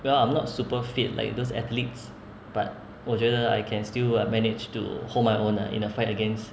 well I'm not super fit like those athletes but 我觉得 I can still manage to hold my own ah in a fight against